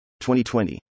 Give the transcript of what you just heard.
2020